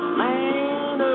man